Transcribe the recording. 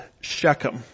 Shechem